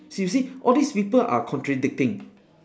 you see you see all these people are contradicting